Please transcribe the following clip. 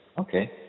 Okay